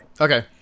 Okay